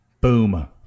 Boom